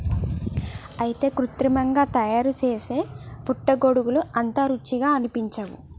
అయితే కృత్రిమంగా తయారుసేసే పుట్టగొడుగులు అంత రుచిగా అనిపించవు